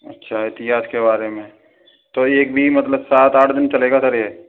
अच्छा इतिहास के बारे में तो एक भी मतलब सात आठ दिन चलेगा सर यह